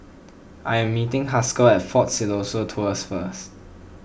I am meeting Haskell at fort Siloso Tours first